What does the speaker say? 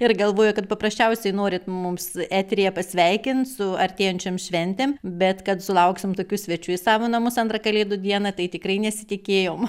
ir galvoju kad paprasčiausiai norit mums eteryje pasveikint su artėjančiom šventėm bet kad sulauksim tokių svečių į savo namus antrą kalėdų dieną tai tikrai nesitikėjom